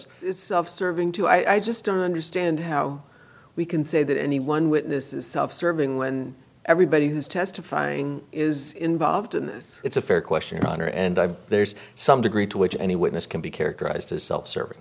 that's serving to i just don't understand how we can say that anyone with this is self serving when everybody who's testifying is involved in this it's a fair question your honor and i there's some degree to which any witness can be characterized as self serving